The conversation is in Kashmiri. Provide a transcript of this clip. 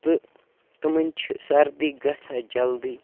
تہٕ تِمَن چھِ سَردی گژھان جلدی